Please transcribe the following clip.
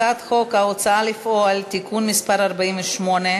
הצעת חוק ההוצאה לפועל (תיקון מס' 48,